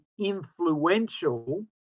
influential